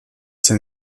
sein